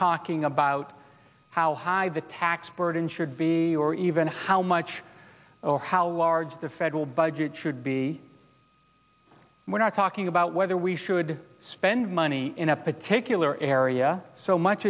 talking about how high the tax burden should be or even how much or how large the federal budget should be and we're not talking about whether we should spend money in a particular area so much